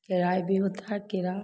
तैयार भी होता है केरा